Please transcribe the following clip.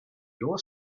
your